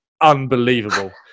Unbelievable